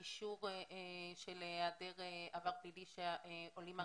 האישור של היעדר עבר פלילי שהעולים היו